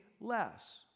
less